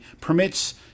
permits